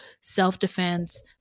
self-defense